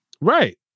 Right